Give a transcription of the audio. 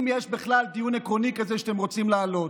אם יש בכלל דיון עקרוני כזה שאתם רוצים להעלות.